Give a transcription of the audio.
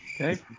Okay